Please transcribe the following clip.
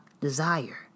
desire